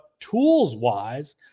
tools-wise –